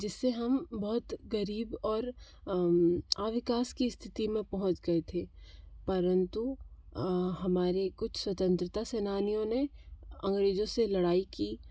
जिस से हम बहुत ग़रीब और अविकास की स्थिति में पहुंच गए थे परंतु हमारे कुछ स्वतंत्रता सेनानियों ने अंग्रेज़ों से लड़ाई की